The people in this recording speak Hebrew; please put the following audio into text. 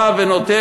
בא ונוטל.